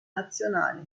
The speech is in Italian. nazionale